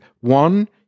one